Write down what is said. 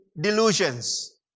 delusions